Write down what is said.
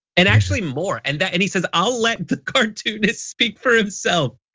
and actually more and then and he says i'll let the cartoonists speak for himself.